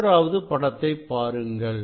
மூன்றாவது படத்தைப் பாருங்கள்